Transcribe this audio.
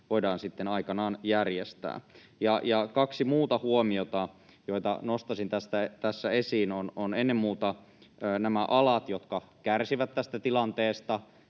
voidaan sitten aikanaan järjestää. Ja kaksi muuta huomiota, joita nostaisin tässä esiin, ovat ennen muuta nämä alat, jotka kärsivät tästä tilanteesta